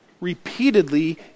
repeatedly